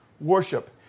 worship